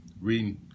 reading